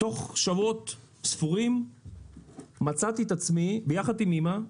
תוך שבועות ספורים מצאתי את עצמי, ביחד עם אימא,